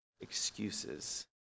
excuses